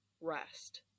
rest